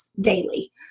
daily